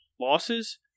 losses